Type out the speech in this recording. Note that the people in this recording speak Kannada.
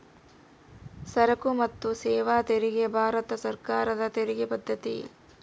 ಸರಕು ಮತ್ತು ಸೇವಾ ತೆರಿಗೆ ಭಾರತ ಸರ್ಕಾರದ ತೆರಿಗೆ ಪದ್ದತಿ